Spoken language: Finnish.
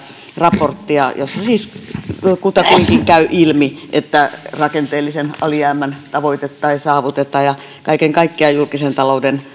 raporttia josta siis kutakuinkin käy ilmi että rakenteellisen alijäämän tavoitetta ei saavuteta ja kaiken kaikkiaan julkisen talouden